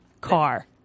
Car